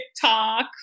TikTok